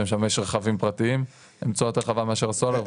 שמשמש רכבים פרטיים בצורה יותר רחבה מאשר הסולר,